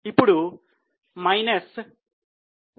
మనకు మైనస్ 0